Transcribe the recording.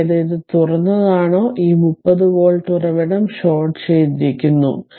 അതായത് ഇത് തുറന്നതാണോ ഈ 30 വോൾട്ട് ഉറവിടം ഷോർട്ട് ചെയ്തിരിക്കുന്നു